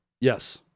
Yes